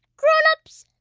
grown-ups,